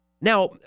Now